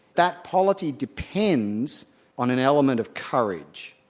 that polity depends on an element of courage.